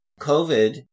COVID